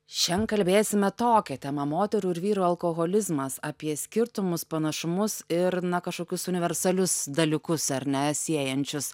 šian kalbėsime tokia tema moterų ir vyrų alkoholizmas apie skirtumus panašumus ir na kažkokius universalius dalykus ar ne siejančius